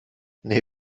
nee